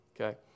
Okay